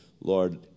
Lord